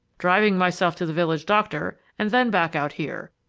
driving myself to the village doctor, and then back out here.